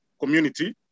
community